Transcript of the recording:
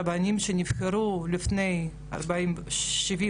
הרבנים שנבחרו לפני 74'